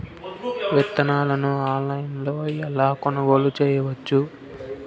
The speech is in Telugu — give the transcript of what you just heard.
విత్తనాలను ఆన్లైనులో ఎలా కొనుగోలు చేయవచ్చు?